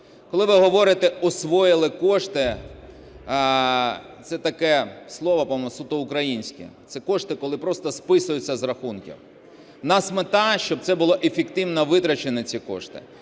Коли ви говорите "освоїли кошти", це таке слово, по-моєму, суто українське, це кошти коли просто списуються з рахунків. У нас мета, щоб це було ефективно витрачені ці кошти.